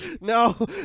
No